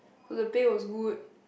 the pay was good